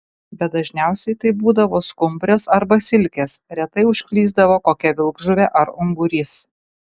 bet dažniausiai tai būdavo skumbrės arba silkės retai užklysdavo kokia vilkžuvė ar ungurys